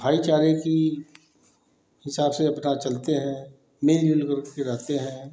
भाई चारे की हिसाब से अपना चलते हैं मिल जुल करके रहते हैं